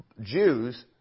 Jews